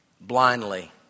blindly